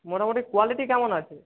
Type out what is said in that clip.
মোটামোটি কোয়ালিটি কেমন আছে